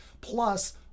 plus